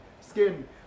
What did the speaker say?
skin